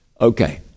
Okay